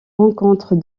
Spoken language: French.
rencontre